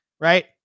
right